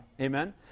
Amen